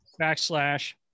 backslash